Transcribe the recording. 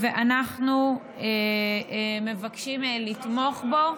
ואנחנו מבקשים לתמוך בו.